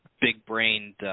big-brained